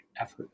effort